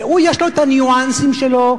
והוא יש לו הניואנסים שלו,